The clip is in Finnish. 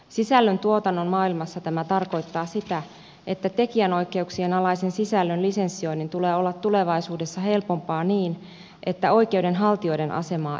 sisällöntuotannon maailmassa tämä tarkoittaa sitä että tekijänoikeuksien alaisen sisällön lisensioinnin tulee olla tulevaisuudessa helpompaa niin että oikeuden haltijoiden asemaa ei heikennetä